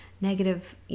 negative